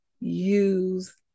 use